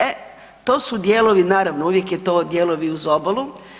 E, to su dijelovi, naravno uvijek je to dijelovi uz obalu.